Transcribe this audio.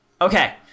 Okay